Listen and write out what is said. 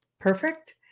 perfect